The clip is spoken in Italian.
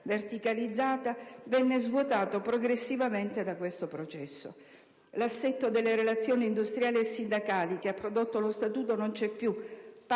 verticalizzata, venne svuotato progressivamente da questo processo. L'assetto delle relazioni industriali e sindacali che ha prodotto lo Statuto non c'è più,